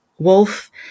wolf